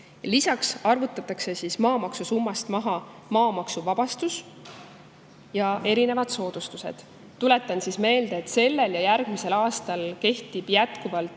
Lisaks arvutatakse maamaksu summast maha maamaksuvabastus ja erinevad soodustused. Tuletan meelde, et sellel ja järgmisel aastal kehtib jätkuvalt